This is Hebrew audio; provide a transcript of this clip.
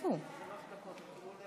שלוש דקות.